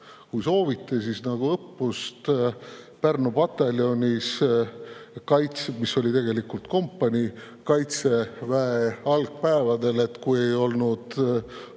Kui soovite, siis nagu õppust Pärnu pataljonis – see oli tegelikult kompanii – Kaitseväe algpäevadel: kui ei olnud